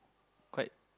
quite